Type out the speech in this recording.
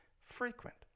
frequent